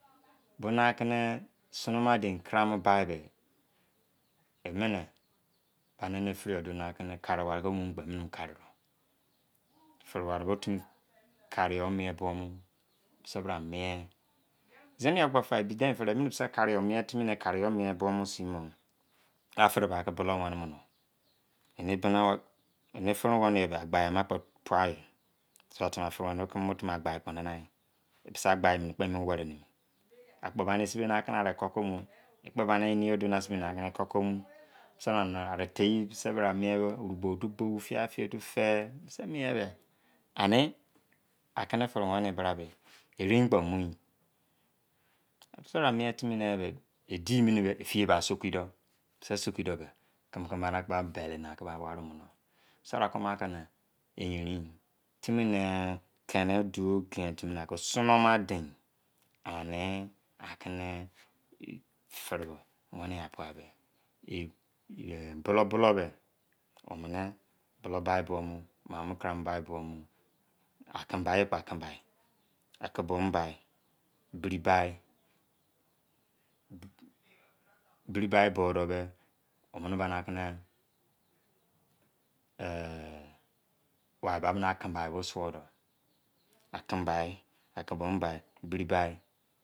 Bona kini sọnọma dein karama baibe emini bani eni firiyọ duọ na kini kari wari ko muuni kpọ emini mu kari dọ firi wari bo timi kari yọ mien bụọ mọ bisi bra mien zini yọ kpo fa o. Ebu dein fịrị. Emịni bịsị karị yọ miẹn timi ne, kari yọ miẹn buọ mọ bọsin mọ ba firi bẹ aki bulouwẹnị mọ nọ. Eni bina eni fịrị weni yi ba gbaima kpọ puə yi. Zụa tain a firi weni ketu mini gbọ kpọ nana yi. Bisi agbayi mini kpo emọ weri nimi. Akpo bani esibe akina ani ekoki omu ekpo bani enị yọ duo asibe aki eni ekoki ọmu bisi yobẹa ri tei. Bisi bra miẹn oru bọu otu bou fiyai-fi-otu fi bisi mien yi bọ ani aki ni firi weni yi bra bẹ erein kpo mu yi. Bisi bra miẹn timi ne bẹ. E dii mini bẹ diye ba soki dọ, bisi soki dọ bẹ kịmị-kimi ba mini akpa mini bẹlị raki ba wari omu ọ bisi bra ki oma kini yerin yi. Timi nẹ duo giẹn timi na ki sọnọ ma dein. Ani aki firi weni a pua be bọlọu bọlọu omini bụlọu baị bụọ mọ maamọ kara mọ bai bụọ mọ. Aken bai ye kpọ akẹn bai. Akẹn-boom bai. Biribai. Biribai bụọ dọ bẹ omini bani akini ehn, waibo bani akẹn-bai bo sụọdẹ. Akẹn-bai. Biribaị